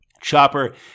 Chopper